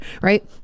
right